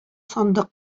сандык